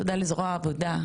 תודה לזרוע העבודה,